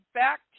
back